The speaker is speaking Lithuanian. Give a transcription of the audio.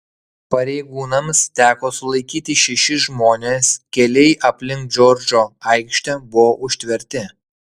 pareigūnams teko sulaikyti šešis žmones keliai aplink džordžo aikštę buvo užtverti